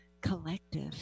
collective